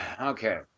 Okay